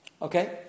Okay